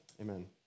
Amen